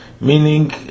meaning